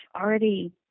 already